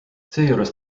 seejuures